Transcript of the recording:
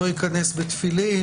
לא יכנס בתפילין